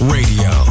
Radio